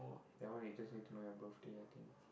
that one you just need to know about your birthday I think